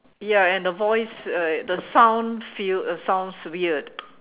ya and the voice uh the sound feel uh sounds weird